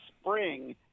spring